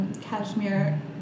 cashmere